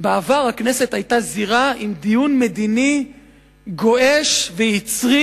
בעבר הכנסת היתה זירה עם דיון מדיני גועש ויצרי